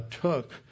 took